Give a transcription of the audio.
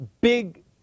big